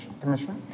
Commissioner